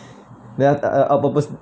then I I purpose~